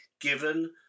given